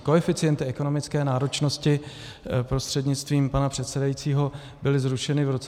Koeficienty ekonomické náročnosti, prostřednictvím pana předsedajícího, byly zrušeny v roce 2015.